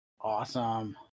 awesome